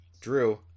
Drew